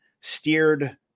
steered